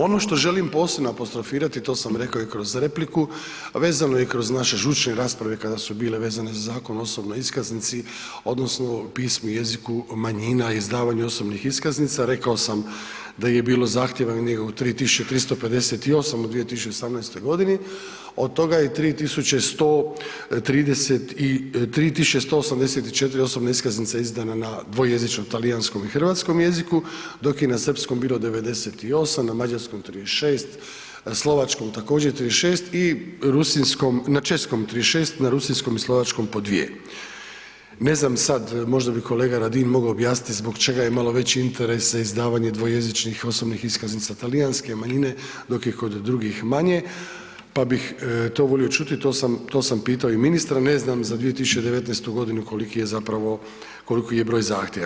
Ono što želim posebno apostrofirati, to sam rekao i kroz repliku, a vezano je kroz naše žučne rasprave kada su bile vezane za Zakon o osobnoj iskaznici, odnosno pismu i jeziku manjina i izdavanju osobnih iskaznica, rekao sam da je bilo zahtjeva negdje 3 358 u 2018. g., od toga je 3 184 osobne iskaznice izdana na dvojezičnom talijanskom i hrvatskom jeziku, dok je na srpskom bilo 98, na mađarskom 36, slovačkom također, 36 i rusinjskom, na českom 36, na rusinjskom i slovačkom po 2. Ne znam sad, možda bi kolega Radin mogao objasniti zbog čega je malo veći interes za izdavanje dvojezičnih osobnih iskaznica talijanske manjine, dok je kod drugih manje, pa bih to volio čuti, to sam pitao i ministra, ne znam za 2019. g. koliki je zapravo koliko je broj zahtjeva.